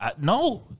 No